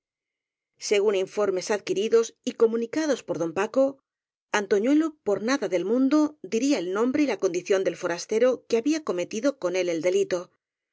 según informes adquiridos y comunicados por don paco antoñuelo por nada del mundo diría el nombre y la condición del forastero que había cometido con él el delito